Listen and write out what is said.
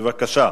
בבקשה.